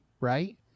Right